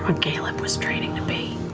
um caleb was training to be.